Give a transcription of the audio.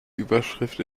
überschrift